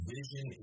Vision